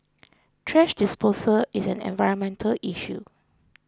thrash disposal is an environmental issue